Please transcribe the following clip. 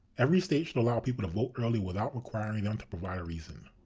every state should allow people to vote early without requiring them to provide a reason.